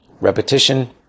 repetition